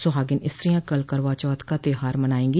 सुहागिन स्त्रियां कल करवाचौथ का त्यौहार मनायेगी